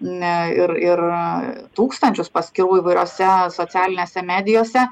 ne ir ir tūkstančius paskyrų įvairiose socialinėse medijose